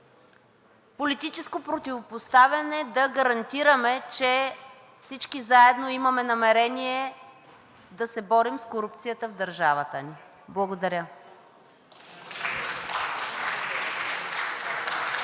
политическо противопоставяне да гарантираме, че всички заедно имаме намерение да се борим с корупцията в държавата ни. Благодаря.